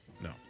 no